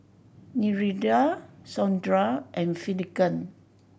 Nereida Sondra and Finnegan